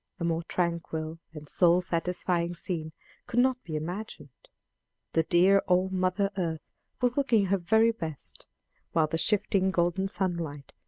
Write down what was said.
a more tranquil and soul-satisfying scene could not be imagined the dear old mother earth was looking her very best while the shifting golden sunlight,